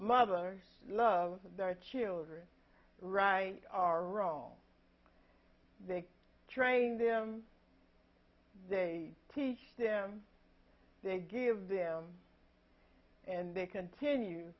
mothers love their children right are wrong they train them they teach them they give them and they continue